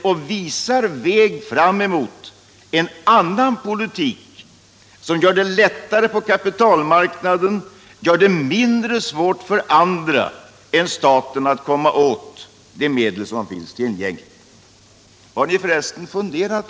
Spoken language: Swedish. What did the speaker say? Vi visar väg mot en annan politik, en politik som gör det mindre svårt för andra än staten att komma åt de medel som finns tillgängliga på kapitalmarknaden.